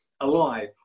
alive